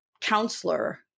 counselor